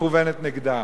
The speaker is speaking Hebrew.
מכוונת נגדם.